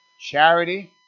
charity